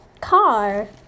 car